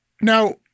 Now